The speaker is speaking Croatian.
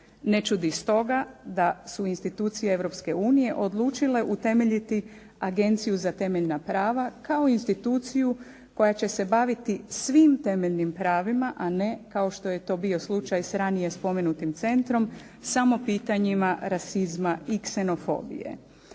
Ne čudi stoga da su institucije Europske unije odlučile utemeljiti Agenciju za temeljna prava kao instituciju koja će se baviti svim temeljnim pravima, a ne kao što je to bio slučaj s ranije spomenutim centrom, samo pitanjima rasizma i ksenofobije.